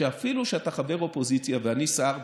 שאפילו שאתה חבר אופוזיציה ואני שר,